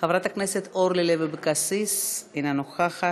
חברת הכנסת אורלי לוי אבקסיס, אינה נוכחת,